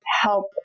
help